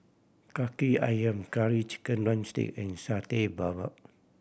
Kaki Ayam Curry Chicken drumstick and Satay Babat